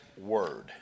word